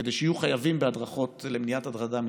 כדי שיהיו חייבים בהדרכות למניעת הטרדה מינית.